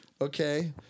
Okay